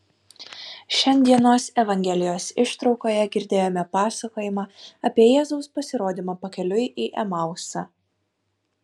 šiandienos evangelijos ištraukoje girdėjome pasakojimą apie jėzaus pasirodymą pakeliui į emausą